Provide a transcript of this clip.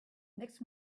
next